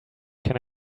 can